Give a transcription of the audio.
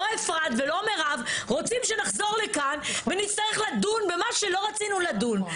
לא אפרת ולא מירב רוצות שנחזור לכאן ונצטרך לדון במה שלא רצינו לדון.